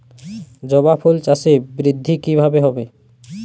জবা ফুল চাষে বৃদ্ধি কিভাবে হবে?